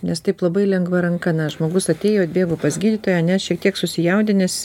nes taip labai lengva ranka na žmogus atėjo atbėgo pas gydytoją ane šiek tiek susijaudinęs jisai